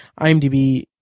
IMDb